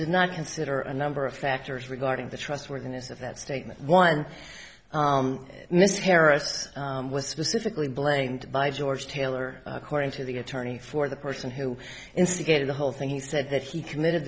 did not consider a number of factors regarding the trustworthiness of that statement one mr harris was specifically blamed by george taylor according to the attorney for the person who instigated the whole thing he said that he committed